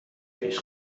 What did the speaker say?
پیش